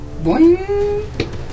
Boing